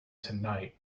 tonight